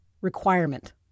requirement